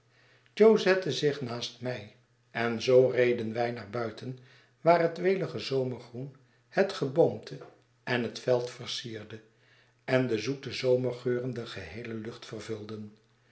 jo zette zich naast mij en zoo reden wij naar buiten waar het welige zomergroen het geboomte en het veld versierde en de zoete zomergeuren de geheele lucht vervulden